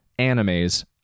animes